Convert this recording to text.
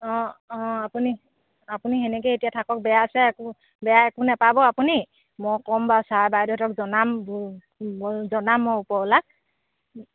অঁ অঁ আপুনি আপুনি সেনেকৈ এতিয়া থাকক বেয়া চেয়া একো বেয়া একো নেপাব আপুনি মই কম বাৰু ছাৰ বাইদেউহঁতক জনাম মই জনাম মই ওপৰৱলাক